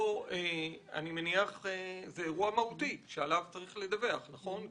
זה אירוע מהותי שעליו צריך לדווח, נכון?